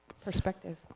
perspective